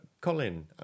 Colin